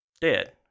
dead